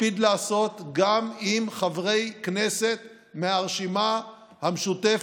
מקפיד לעשות גם עם חברי כנסת מהרשימה המשותפת.